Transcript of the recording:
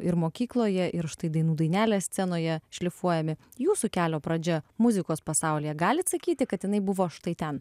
ir mokykloje ir štai dainų dainelės scenoje šlifuojami jūsų kelio pradžia muzikos pasaulyje galit sakyti kad jinai buvo štai ten